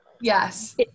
Yes